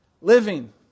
living